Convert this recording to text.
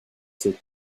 cette